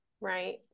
right